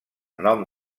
nom